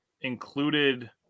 included